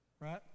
Right